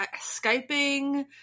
Skyping